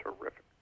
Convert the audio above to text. Terrific